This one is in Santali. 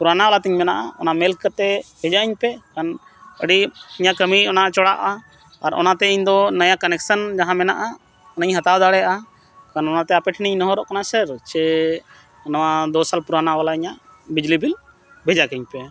ᱯᱩᱨᱟᱱᱟᱵᱟᱞᱟᱛᱤᱧ ᱢᱮᱱᱟᱜᱼᱟ ᱚᱱᱟ ᱢᱮᱞ ᱠᱟᱛᱮᱫ ᱵᱷᱮᱡᱟᱣᱟᱹᱧᱯᱮ ᱠᱷᱟᱱ ᱟᱹᱰᱤ ᱤᱧᱟᱹᱜ ᱠᱟᱹᱢᱤ ᱚᱱᱟ ᱪᱚᱲᱟᱜᱼᱟ ᱟᱨ ᱚᱱᱟᱛᱮ ᱤᱧᱫᱚ ᱱᱚᱭᱟ ᱠᱟᱱᱮᱠᱥᱮᱱ ᱡᱟᱦᱟᱸ ᱢᱮᱱᱟᱜᱼᱟ ᱚᱱᱟᱧ ᱦᱟᱛᱟᱣ ᱫᱟᱲᱮᱭᱟᱜᱼᱟ ᱠᱷᱟᱱ ᱚᱱᱟᱛᱮ ᱟᱯᱮ ᱴᱷᱤᱱᱤᱧ ᱱᱚᱦᱚᱨᱚᱜ ᱠᱟᱱᱟ ᱥᱟᱨ ᱥᱮ ᱱᱚᱣᱟ ᱫᱚᱥ ᱥᱟᱞ ᱯᱩᱨᱟᱱᱟᱵᱟᱞᱟ ᱤᱧᱟᱹᱜ ᱵᱤᱡᱽᱞᱤ ᱵᱤᱞ ᱵᱷᱮᱡᱟ ᱠᱟᱹᱧᱯᱮ